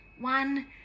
one